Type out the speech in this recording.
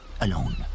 alone